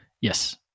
Yes